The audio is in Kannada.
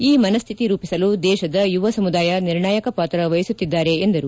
ಈ ಮನಸ್ಸಿತಿ ರೂಪಿಸಲು ದೇಶದ ಯುವ ಸಮುದಾಯ ನಿರ್ಣಾಯಕ ಪಾತ್ರ ವಹಿಸುತ್ತಿದ್ದಾರೆ ಎಂದರು